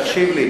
א.